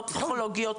לא פסיכולוגיות,